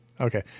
Okay